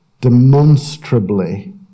demonstrably